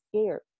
scared